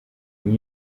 iyi